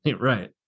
Right